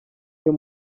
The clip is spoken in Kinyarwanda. cyo